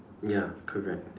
ya correct